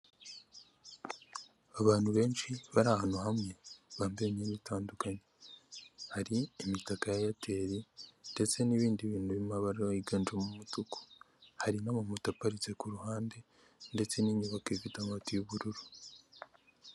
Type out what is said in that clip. Abantu benshi bari ahantu hamwe bambaye imyenda itandukanye, hari imitaka ya eyateri ndetse n'ibindi bintu birimo mabara yiganjemo amabara y'umutuku, hari n'amamoto aparitse ku ruhande ndetse n'inyubako ifite amabati y'ubururu.